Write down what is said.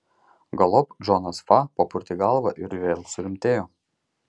galop džonas fa papurtė galvą ir vėl surimtėjo